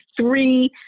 three